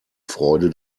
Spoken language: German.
freude